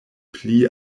pli